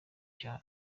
cyane